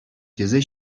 тесе